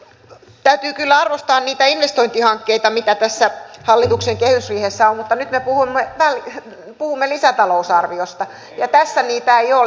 täytyy kyllä arvostaa niitä investointihankkeita mitä tässä hallituksen kehysriihessä on mutta nyt me puhumme lisätalousarviosta ja tässä niitä ei ole